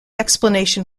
explanation